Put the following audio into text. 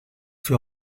für